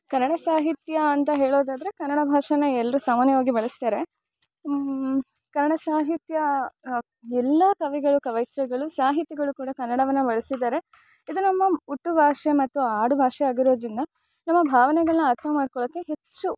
ಕನ್ನಡ ಸಾಹಿತ್ಯ ಅಂತ ಹೇಳೊದಾದರೆ ಕನ್ನಡ ಭಾಷೆನ ಎಲ್ಲರು ಸಾಮಾನ್ಯವಾಗಿ ಬಳಸ್ತಾರೆ ಕನ್ನಡ ಸಾಹಿತ್ಯ ಎಲ್ಲ ಕವಿಗಳು ಕವಯಿತ್ರಿಗಳು ಸಾಹಿತಿಗಳು ಕೂಡ ಕನ್ನಡವನ್ನು ಬಳಸಿದಾರೆ ಇದು ನಮ್ಮ ಹುಟ್ಟು ಭಾಷೆ ಮತ್ತುಆಡು ಭಾಷೆ ಆಗಿರೋದರಿಂದ ನಮ್ಮ ಭಾವನೆಗಳನ್ನ ಅರ್ಥ ಮಾಡ್ಕೊಳೋಕ್ಕೆ ಹೆಚ್ಚು